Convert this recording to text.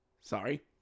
Sorry